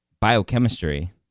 biochemistry